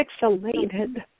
pixelated